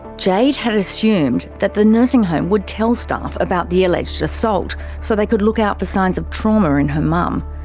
jade had assumed that the nursing home would tell staff about the alleged assault so they could look out for signs of trauma in her mum.